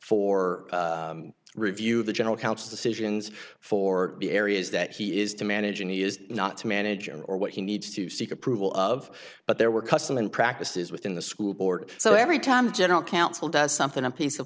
for review the general counsel decisions for the areas that he is to manage and he is not to manage or what he needs to seek approval of but there were custom and practices within the school board so every time general counsel does something a piece of